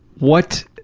what